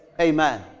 Amen